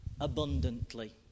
abundantly